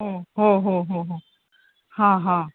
हो हो हो हो हो हां हां